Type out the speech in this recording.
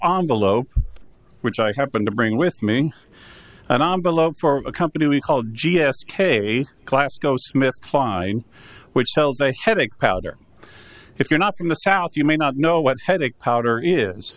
on below which i happen to bring with me and i'm below for a company called g s k glasgow smith kline which sells a headache powder if you're not from the south you may not know what headache powder is